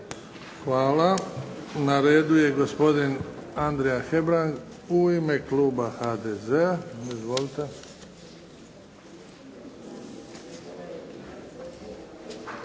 Hvala. Na redu je gospodin Andrija Hebrang u ime Kluba HDZ-a. Izvolite.